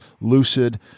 Lucid